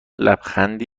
لبخندی